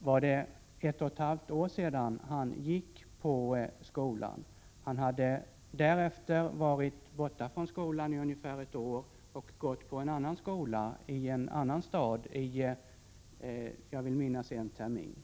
var ett och ett halvt år sedan pojken i det ena fallet gick på skolan. Han var därefter borta i ungefär ett år och gick på en skola i en annan stad en termin.